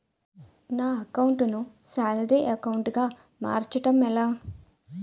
నా అకౌంట్ ను salary account గా మార్చటం ఎలా?